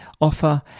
offer